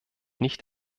nicht